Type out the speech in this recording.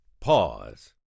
pause